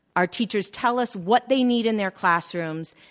our teachers tell us what they need in their classrooms,